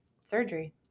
surgery